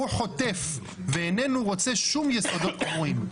הוא חוטף ואיננו רוצה שום יסודות קבועים".